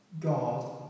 God